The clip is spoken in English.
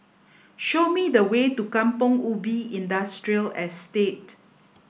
show me the way to Kampong Ubi Industrial Estate